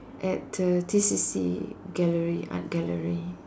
at the T_C_C gallery art gallery